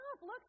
look